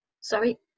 Sorry